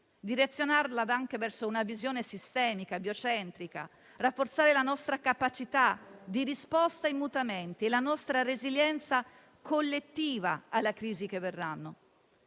direzionandola anche verso una visione sistemica e biocentrica e rafforzare la nostra capacità di risposta ai mutamenti e la nostra resilienza collettiva alle crisi che verranno.